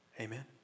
Amen